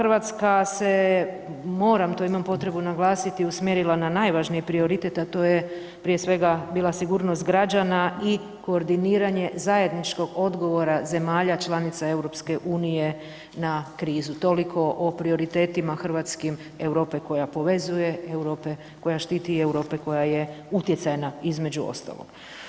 RH se, moram, to imam potrebu naglasiti, usmjerila na najvažniji prioritet, a to je prije svega bila sigurnost građana i koordiniranje zajedničkog odgovora zemalja članica EU na krizu, toliko o prioritetima hrvatskim Europe koja povezuje, Europa koja štiti i Europe koja je utjecajna između ostalog.